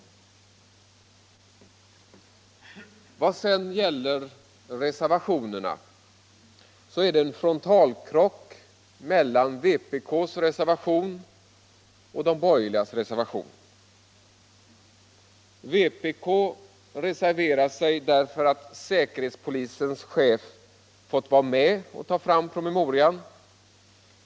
Vad sedan gäller reservationerna är det en frontalkrock mellan vpk:s reservation och de borgerligas reservation. Vpk reserverar sig därför att säkerhetspolisens chef fått vara med och ta fram promemorian.